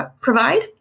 provide